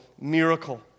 miracle